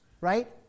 right